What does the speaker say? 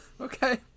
Okay